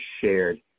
shared